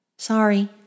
Sorry